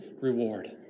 reward